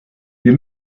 wir